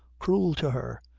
cruel to her!